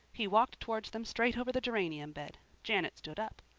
he walked towards them straight over the geranium bed. janet stood up.